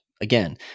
Again